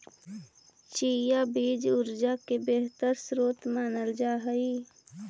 chia बीज ऊर्जा के बेहतर स्रोत मानल जा हई